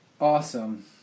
Awesome